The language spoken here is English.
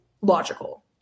logical